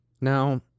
Now